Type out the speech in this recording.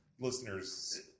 listeners